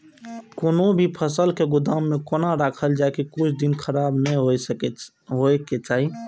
कोनो भी फसल के गोदाम में कोना राखल जाय की कुछ दिन खराब ने होय के चाही?